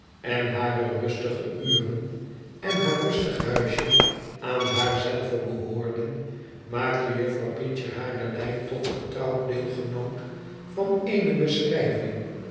en hare rustige uren en haar rustig huisje aan haar zelve behoorden maakte juffrouw peecher hare lei tot vertrouwd deelgenoot van eene beschrijving